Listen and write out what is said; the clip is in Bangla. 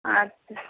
আচ্ছা